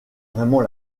vraiment